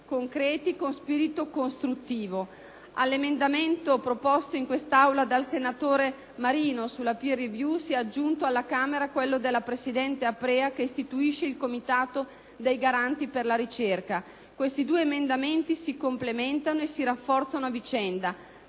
concreti con spirito costruttivo. All'emendamento proposto in quest'Aula dal senatore Marino sulla *peer review* si è aggiunto alla Camera quello della presidente Aprea che istituisce il comitato dei garanti per la ricerca. Questi due emendamenti sono complementari e si rafforzano a vicenda;